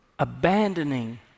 Abandoning